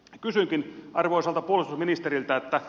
kysynkin arvoisalta puolustusministeriltä